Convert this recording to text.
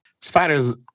Spiders